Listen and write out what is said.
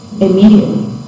immediately